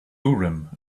urim